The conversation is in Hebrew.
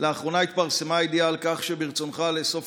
בשבוע שעבר התפרסמה ידיעה שברצונך לאסוף